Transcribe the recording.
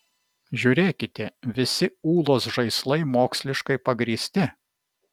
žiūrėkite visi ūlos žaislai moksliškai pagrįsti